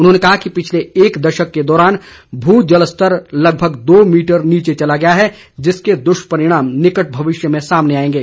उन्होंने कहा कि पिछले एक दशक के दौरान भू जलस्तर लगभग दो मीटर नीचे चला गया है जिसके दुष्परिणाम निकट भविष्य में सामने आएंगे